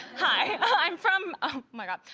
hi, i'm from, oh my god.